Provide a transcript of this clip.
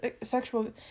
sexual